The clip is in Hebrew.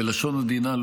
בלשון עדינה,